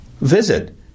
Visit